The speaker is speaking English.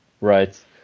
right